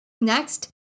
Next